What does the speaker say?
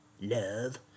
love